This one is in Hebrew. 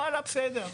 בסדר.